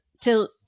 till